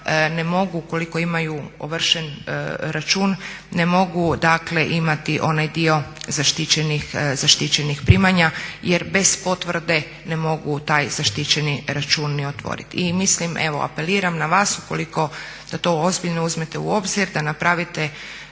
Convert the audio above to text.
ne mogu ukoliko imaju ovršen račun, ne mogu dakle imati onaj dio zaštićenih primanja jer bez potvrde ne mogu taj zaštićeni račun ni otvoriti. I mislim, evo apeliram na vas ukoliko, da to ozbiljno uzmete u obzir, da napišete